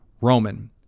Roman